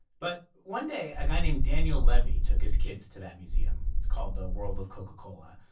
but one day, a guy named daniel levy took his kids to that museum. it's called the world of coca-cola.